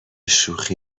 شوخی